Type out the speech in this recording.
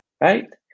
right